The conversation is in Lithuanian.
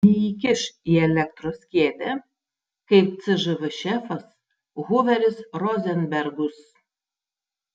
neįkiš į elektros kėdę kaip cžv šefas huveris rozenbergus